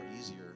easier